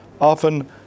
often